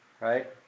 right